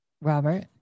Robert